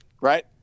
Right